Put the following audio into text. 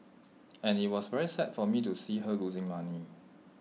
and IT was very sad for me to see her losing money